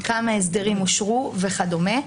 כמה הסדרים אושרו וכדומה.